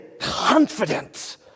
confident